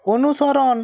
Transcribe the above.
অনুসরণ